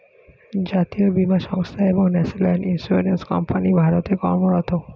জাতীয় বীমা সংস্থা বা ন্যাশনাল ইন্স্যুরেন্স কোম্পানি ভারতে কর্মরত